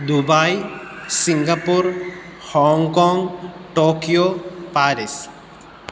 Dubai Singapore Hong Kong Tokyo Paris